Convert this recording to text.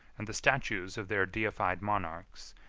and the statues of their deified monarchs,